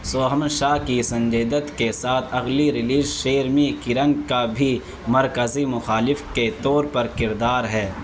سوہم شاہ کی سنجے دت کے ساتھ اگلی ریلیز شیر میں کِرن کا بھی مرکزی مخالف کے طور پر کردار ہے